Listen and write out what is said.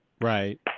Right